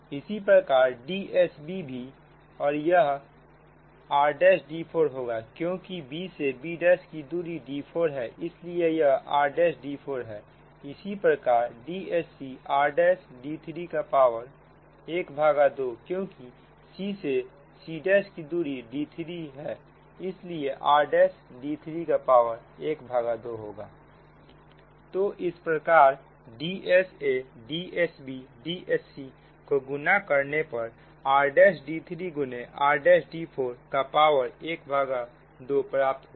इसी प्रकार Dsb भी और यह r'd4 होगा क्योंकि b से b' की दूरी d4 है इसलिए यह r'd4 है इसी प्रकार Dsc r'd3 का पावर ½ क्योंकि c से c' की दूरी d3 है इसलिए r'd3 का पावर ½ होगा तो इस प्रकार DsaDsbDscको गुना करने पर r'd3 गुने r'd4 का पावर ½ प्राप्त होगा